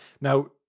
Now